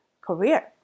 career